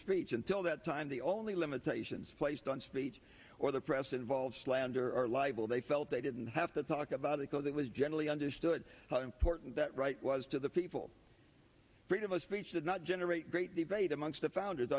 speech until that time the only limitations placed on speech or the press involved slander or libel they felt they didn't have to talk about a cause that was generally understood how important that right was to the people freedom of speech did not generate great debate amongst the founders